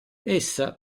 essa